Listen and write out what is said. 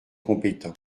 compétent